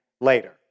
later